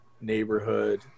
neighborhood